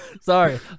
Sorry